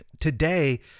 Today